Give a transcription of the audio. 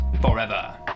forever